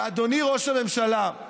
ואדוני ראש הממשלה,